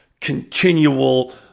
continual